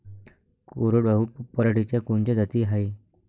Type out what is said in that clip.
कोरडवाहू पराटीच्या कोनच्या जाती हाये?